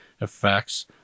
effects